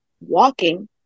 Walking